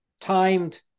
timed